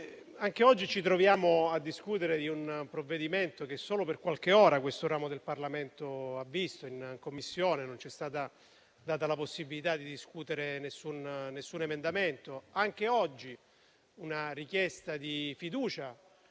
anche oggi ci troviamo a discutere di un provvedimento che solo per qualche ora questo ramo del Parlamento ha visto in Commissione, perché non ci è stata data la possibilità di discutere nessun emendamento. Anche oggi è arrivata una richiesta di fiducia